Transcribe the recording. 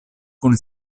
kun